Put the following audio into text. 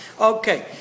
Okay